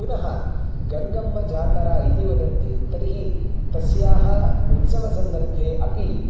पुनः गङ्गम्माजातरा इति वदन्ति तर्हि तस्याः उत्सवसन्दर्भे अपि